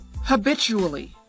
habitually